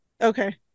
Okay